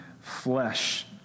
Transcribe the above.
flesh